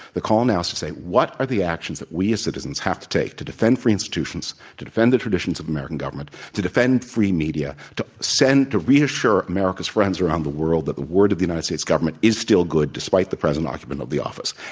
the call now is to say, what are the actions that we as citizens have to take to defend free institutions, to defend the traditions of american government, to defend free media, to send to reassure america's friends around the world, that the word of the united states government is still good despite the present occupant of the office.